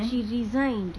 she resigned